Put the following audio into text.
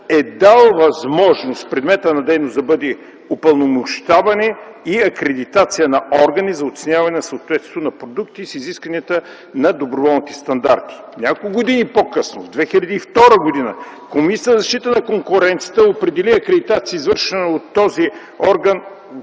е дал възможност в предмета на дейност да има и „упълномощаване и акредитация на органи за оценяване на съответствието на продукти с изискванията на доброволните стандарти”. Няколко години по-късно, през 2002 г., Комисията за защита на конкуренцията определи акредитацията, извършена от този орган